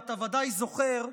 אתה ודאי זוכר,